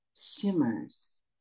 shimmers